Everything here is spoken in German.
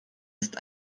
ist